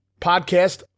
podcast